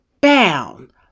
bound